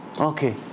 Okay